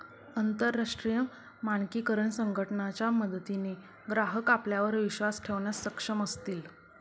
अंतरराष्ट्रीय मानकीकरण संघटना च्या मदतीने ग्राहक आपल्यावर विश्वास ठेवण्यास सक्षम असतील